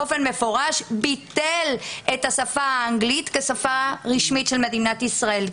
באופן מפורש ביטל את השפה האנגלית כשפה רשמית של מדינת ישראל.